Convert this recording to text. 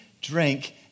drink